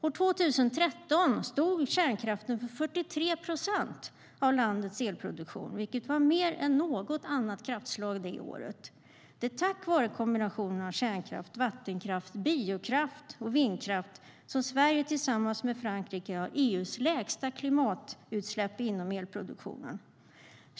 År 2013 stod kärnkraften för 43 procent av landets elproduktion, vilket var mer än något annat kraftslag det året. Det är tack vare kombinationen av kärnkraft, vattenkraft, biokraft och vindkraft som Sverige tillsammans med Frankrike har EU:s lägsta klimatutsläpp inom elproduktionen.